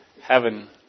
Heaven